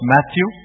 Matthew